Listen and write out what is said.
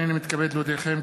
הנני מתכבד להודיעכם,